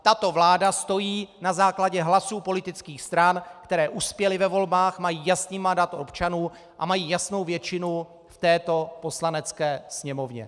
Tato vláda stojí na základě hlasů politických stran, které uspěly ve volbách, mají jasný mandát občanů a mají jasnou většinu v této Poslanecké sněmovně.